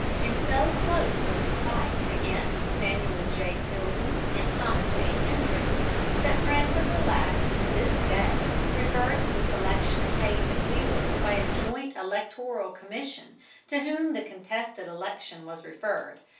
and so close was the fight against samuel j. tilden and thomas a. hendricks that friends of the latter to this day refer to the selection of hayes and wheeler by a joint electoral commission to whom the contested election was referred,